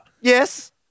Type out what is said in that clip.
Yes